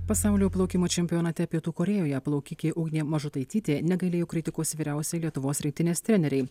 pasaulio plaukimo čempionate pietų korėjoje plaukikė ugnė mažutaitytė negailėjo kritikos vyriausiai lietuvos rinktinės trenerei